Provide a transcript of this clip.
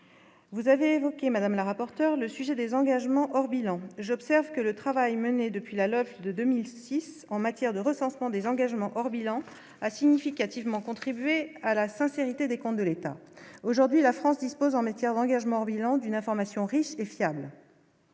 vous avez évoqué Madame la rapporteurs le sujet des engagements hors bilan, j'observe que le travail mené depuis la levée de 2006 en matière de recensement des engagements hors bilan a significativement contribué à la sincérité des comptes de l'État aujourd'hui, la France dispose en matière d'engagements hors bilan d'une information riche et fiable.